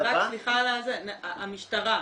סליחה, המשטרה,